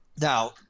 Now